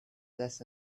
less